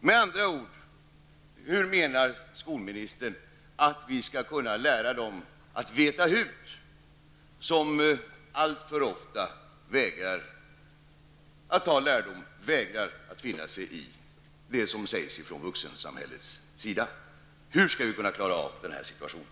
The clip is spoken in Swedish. Med andra ord: Hur menar skolministern att vi skall kunna lära dem som alltför ofta vägrar att ta lärdom och att finna sig i det som sägs ifrån vuxensamhällets sida att veta hut? Hur skall vi kunna klara av den här situationen?